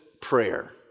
prayer